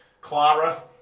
Clara